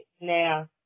Now